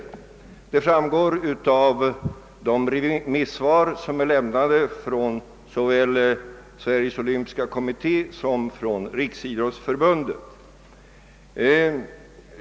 Detta framgår av de remissvar som avgivits av Sveriges olympiska kommitté och av Riksidrottsförbundet.